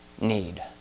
need